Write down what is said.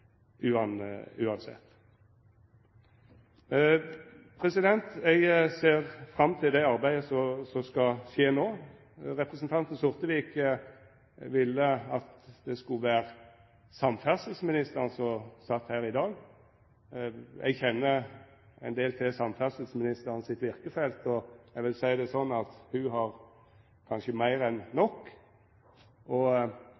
Eg ser fram til det arbeidet som skal skje no. Representanten Sortevik ville at det skulle vera samferdselsministeren som sat her i dag. Eg kjenner ein del til samferdselsministeren sitt virkefelt, og eg vil seia det sånn at ho har kanskje meir enn nok. At det no er fiskeri- og